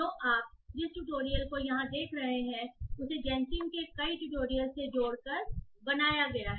तो आप जिस ट्यूटोरियल को यहां देख रहे हैं उसे जैनसिम के कई ट्यूटोरियल्स से जोड़ कर बनाया गया है